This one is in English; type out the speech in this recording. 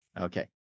Okay